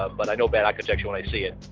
ah but i know bad architecture when i see it.